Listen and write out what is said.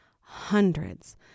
hundreds